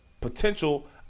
potential